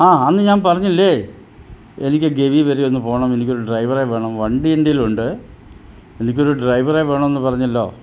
ആ അന്ന് ഞാൻ പറഞ്ഞില്ലേ എനിക്ക് ഗവി വരെയൊന്ന് പോകണം എനിക്കൊരു ഡ്രൈവറെ വേണം വണ്ടി എൻറ്റേലുണ്ട് എനിക്കൊരു ഡ്രൈവറെ വേണമെന്ന് പറഞ്ഞല്ലോ